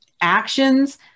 actions